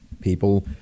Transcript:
people